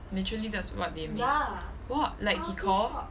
literally that's what they mean what like he call